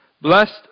Blessed